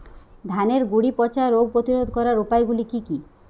ধানের গুড়ি পচা রোগ প্রতিরোধ করার উপায়গুলি কি কি?